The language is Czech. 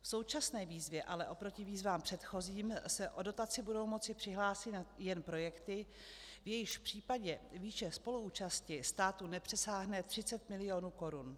V současné výzvě ale oproti výzvám předchozím se o dotaci budou moci přihlásit jen projekty, v jejichž případě výše spoluúčasti státu nepřesáhne 30 milionů korun.